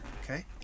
Okay